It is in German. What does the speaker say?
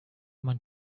man